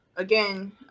again